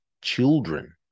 children